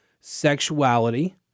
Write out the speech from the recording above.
sexuality